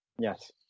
Yes